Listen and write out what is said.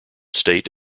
state